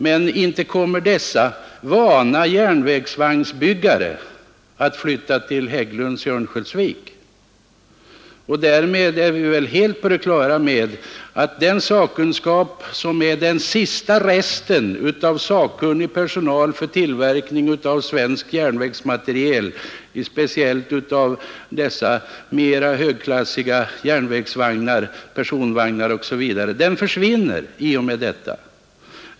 Men inte kommer dessa vana järnvägsvagnsbyggare att flytta till Hägglunds i Örnsköldsvik. Och i och med detta försvinner den sista resten av sakkunskapen när det gäller tillverkning av svensk järnvägsmateriel, speciellt av högklassiga järnvägsvagnar som personvagnar.